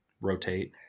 rotate